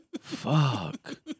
Fuck